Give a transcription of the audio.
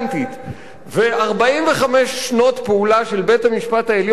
ו-45 שנות פעולה של בית-המשפט העליון להכשרה